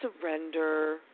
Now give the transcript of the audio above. surrender